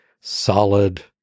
solid